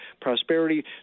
prosperity